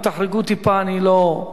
אם תחרגו טיפה אני לא,